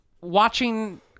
watching